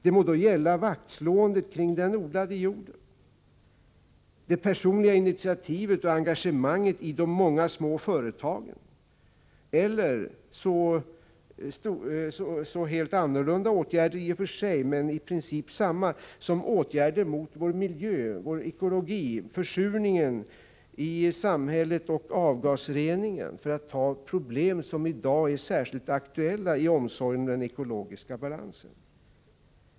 Det må gälla vaktslåendet kring den odlade jorden eller det personliga initiativet och engagemanget i de många små företagen. Det kan också gälla andra åtgärder som i princip berör samma områden — åtgärder för miljö, för vår ekologi, mot försurningen och för avgasrening, för att ta några problem som i dag är särskilt aktuella i omsorgen om den ekologiska balansen.